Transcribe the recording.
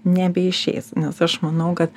nebeišeis nes aš manau kad